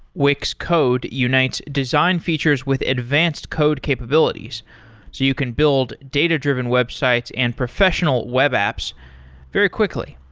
wix code unites design features with advanced code capabilities, so you can build data-driven websites and professional web apps very quickly.